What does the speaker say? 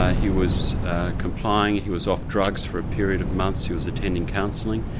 ah he was complying, he was off drugs for a period of months, he was attending counselling,